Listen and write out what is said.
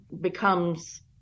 becomes